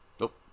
Nope